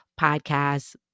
podcast